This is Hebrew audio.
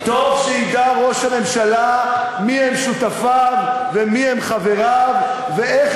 טוב שידע ראש הממשלה מי הם שותפיו ומי הם חבריו ואיך